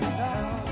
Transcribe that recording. now